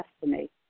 destiny